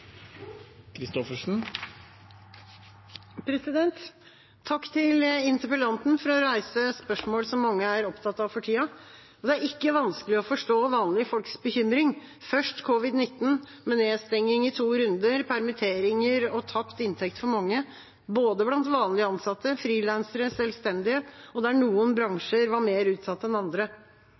opptatt av for tida. Det er ikke vanskelig å forstå vanlige folks bekymring. Først kom covid-l9, med nedstenging i to runder, permitteringer og tapt inntekt for mange – blant både vanlig ansatte, frilansere og selvstendige, der noen bransjer var mer utsatt enn andre.